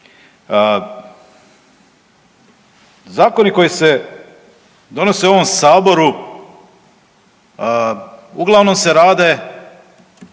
Zakoni koji se donose u ovom saboru uglavnom se rade